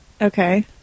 Okay